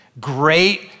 Great